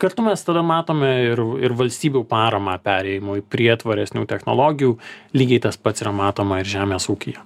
kartu mes tada matome ir ir valstybių paramą perėjimui prie tvaresnių technologijų lygiai tas pats yra matoma ir žemės ūkyje